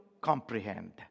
comprehend